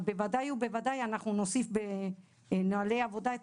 אבל בוודאי ובוודאי אנחנו נוסיף בנוהלי העבודה את